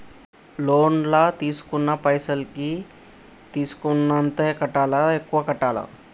Loan లా తీస్కున్న పైసల్ కి తీస్కున్నంతనే కట్టాలా? ఎక్కువ కట్టాలా?